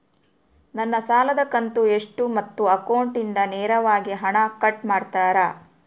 ನನ್ನ ಸಾಲದ ಕಂತು ಎಷ್ಟು ಮತ್ತು ಅಕೌಂಟಿಂದ ನೇರವಾಗಿ ಹಣ ಕಟ್ ಮಾಡ್ತಿರಾ?